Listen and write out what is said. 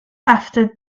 after